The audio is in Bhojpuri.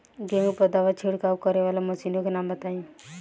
गेहूँ पर दवा छिड़काव करेवाला मशीनों के नाम बताई?